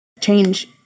change